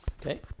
Okay